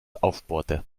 aufbohrte